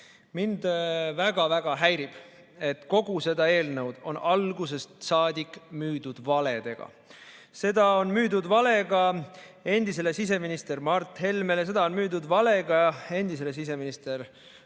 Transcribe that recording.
Mind väga-väga häirib, et kogu seda eelnõu on algusest saadik müüdud valedega. Seda müüdi valega endisele siseministrile Mart Helmele, seda müüdi valega endisele siseministrile